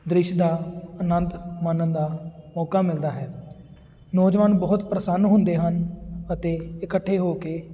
ਦ੍ਰਿਸ਼ ਦਾ ਆਨੰਦ ਮਾਨਣ ਦਾ ਮੌਕਾ ਮਿਲਦਾ ਹੈ ਨੌਜਵਾਨ ਬਹੁਤ ਪ੍ਰਸੰਨ ਹੁੰਦੇ ਹਨ ਅਤੇ ਇਕੱਠੇ ਹੋ ਕੇ